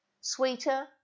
Sweeter